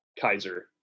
Kaiser